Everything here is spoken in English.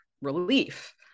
relief